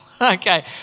Okay